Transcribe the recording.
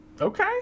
Okay